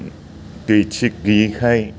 दै थिग गोयैखाय